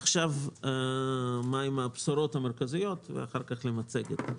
עכשיו אומר מה הן הבשורות המרכזיות ואחר כך נעבור למצגת.